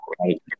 right